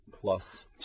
Plus